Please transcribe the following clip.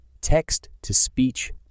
text-to-speech